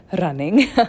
running